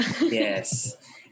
Yes